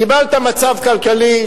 קיבלת מצב כלכלי,